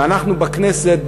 ואנחנו בכנסת,